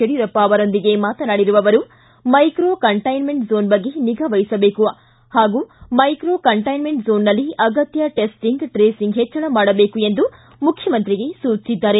ಯಡಿಯೂರಪ್ಪ ಅವರೊಂದಿಗೆ ಮಾತನಾಡಿದ ಅವರು ಮೈಕ್ರೋ ಕಂಟೈನ್ಕೆಂಟ್ ಝೋನ್ ಬಗ್ಗೆ ನಿಗಾ ವಹಿಸಬೇಕು ಹಾಗೂ ಮೈಕ್ರೋ ಕಂಟೈಸ್ಕೆಂಟ್ ಝೋನ್ನಲ್ಲಿ ಅಗತ್ಯ ಟೆಸ್ಟಿಂಗ್ ಟ್ರೇಸಿಂಗ್ ಹೆಚ್ಚಳ ಮಾಡಬೇಕು ಎಂದು ಮುಖ್ಯಮಂತ್ರಿಗೆ ಸೂಚಿಸಿದ್ದಾರೆ